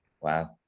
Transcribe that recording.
wow